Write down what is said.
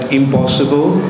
impossible